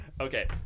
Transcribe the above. Okay